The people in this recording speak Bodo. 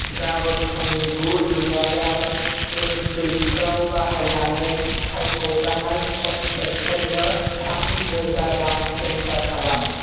गाबोन फुंनि गु रिंगायाव एमस्वुइपखौ बाहायनानै सायख'जानाय कनटेक्टफोरनो थाम रोजा रां ट्रेन्सफार खालाम